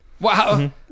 wow